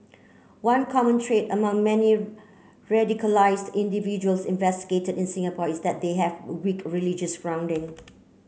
one common trait among many radicalised individuals investigated in Singapore is that they have weak religious grounding